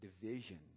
division